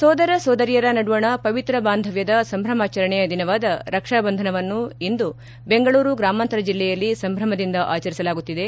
ಸೋದರ ಸೋದರಿಯರ ನಡುವಣ ಪವಿತ್ರ ಬಾಂಧವ್ಯದ ಸಂಭ್ರಮಾಚರಣೆಯ ದಿನವಾದ ರಕ್ಷಾ ಬಂಧನವನ್ನು ಇಂದು ಬೆಂಗಳೂರು ಗ್ರಾಮಾಂತರ ಜಿಲ್ಲೆಯಲ್ಲಿ ಸಂಭ್ರಮದಿಂದ ಆಚರಿಸಲಾಗುತ್ತಿದೆ